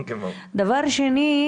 שנית,